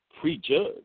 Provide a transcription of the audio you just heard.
prejudge